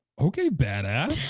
okay badass.